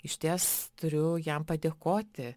išties turiu jam padėkoti